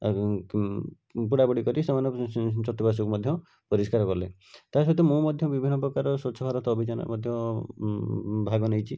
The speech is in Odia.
ଏବଂ ପୋଡ଼ାପୋଡ଼ି କରି ସେମାନେ ଚତୁପାର୍ଶ୍ଵକୁ ମଧ୍ୟ ପରିଷ୍କାର କଲେ ତା ସହିତ ମୁଁ ମଧ୍ୟ ବିଭିନ୍ନ ପ୍ରକାର ସ୍ଵଚ୍ଛଭାରତ ଅଭିଯାନ ମଧ୍ୟ ଭାଗ ନେଇଛି